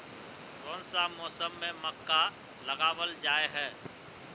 कोन सा मौसम में मक्का लगावल जाय है?